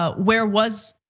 ah where was,